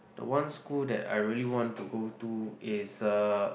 the one school that I really want to go to is uh